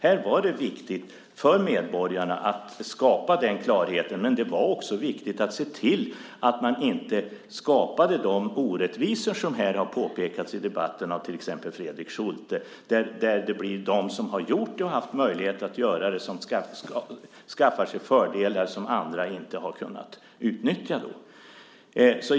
Här var det viktigt för medborgarna att skapa den klarheten, men det var också viktigt att se till att inte skapa de orättvisor som här har påpekats i debatten av till exempel Fredrik Schulte. Det gällde dem som har haft möjlighet att göra dessa inbetalningar och skaffat sig fördelar som andra inte har kunnat utnyttja.